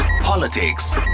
politics